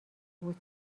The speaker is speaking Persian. بود